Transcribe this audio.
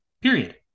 period